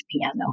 piano